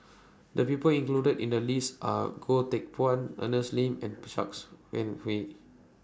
The People included in The list Are Goh Teck Phuan Ernest and Pshanks and Wee